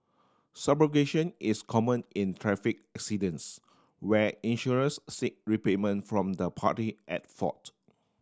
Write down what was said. subrogation is common in traffic accidents where insurers seek repayment from the party at fault